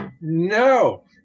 No